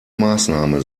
maßnahme